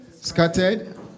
Scattered